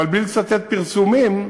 אבל בלי לצטט פרסומים,